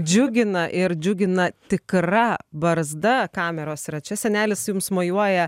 džiugina ir džiugina tikra barzda kameros yra čia senelis jums mojuoja